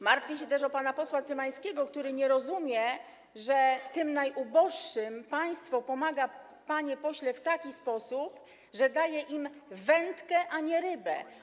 Martwię się też o pana posła Cymańskiego, który nie rozumie, że tym najuboższym państwo pomaga, panie pośle, w taki sposób, że daje im wędkę, a nie rybę.